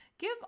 Give